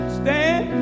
stand